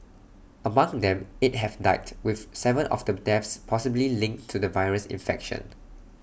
among them eight have died with Seven of the deaths possibly linked to the virus infection